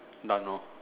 done hor